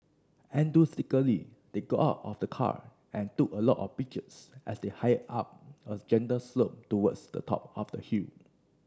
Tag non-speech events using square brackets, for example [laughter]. [unintelligible] they got out of the car and took a lot of pictures as they hiked up a gentle slope towards the top of the hill